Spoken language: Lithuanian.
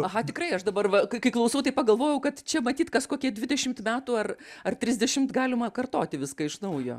aha tikrai aš dabar va kai kai klausau tai pagalvojau kad čia matyt kas kokie dvidešimt metų ar ar trisdešimt galima kartoti viską iš naujo